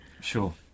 Sure